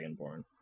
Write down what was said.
dragonborn